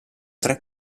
tre